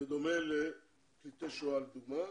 בדומה לפליטי שואה לדוגמא?